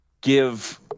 give